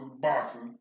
boxing